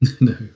No